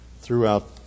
throughout